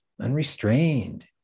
unrestrained